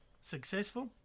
successful